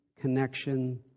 connection